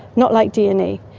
not like dna,